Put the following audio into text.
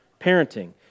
parenting